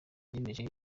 yemeje